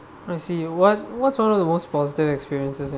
I see you what what's one of the most positive experiences